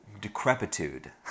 decrepitude